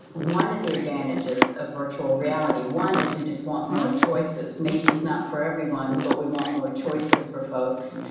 one of the advantages of virtual reality, one is we just want more choices. maybe it's not for everyone but we want more choices for folks,